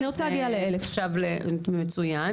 זה נחשב למצוין.